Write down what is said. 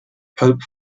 pope